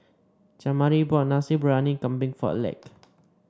Jamari bought Nasi Briyani Kambing for Aleck